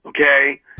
okay